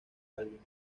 alguien